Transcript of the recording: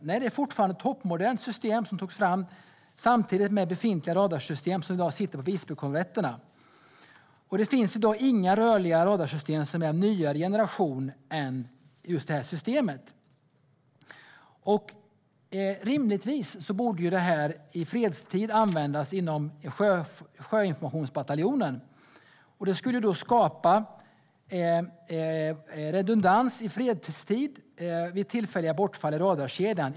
Nej, det är fortfarande ett toppmodernt system, som togs fram samtidigt med befintliga radarsystem som i dag sitter på Visbykorvetterna. Det finns i dag inga rörliga radarsystem som är en nyare generation än just detta system. Rimligtvis borde systemet i fredstid användas inom sjöinformationsbataljonen. Det skulle skapa redundans i fredstid vid tillfälliga bortfall i radarkedjan.